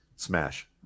Smash